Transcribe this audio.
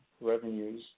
revenues